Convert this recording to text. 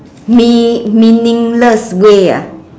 mea~ meaningless way ah